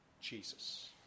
Jesus